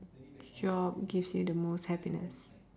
job gives you the most happiness